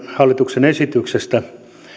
hallituksen esityksestä